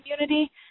community